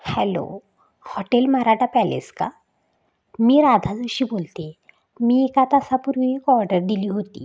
hello hotel Maratha palace का मी राधा जोशी बोलते मी एका तासापूर्वी एक ऑर्डर दिली होती